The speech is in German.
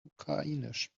ukrainisch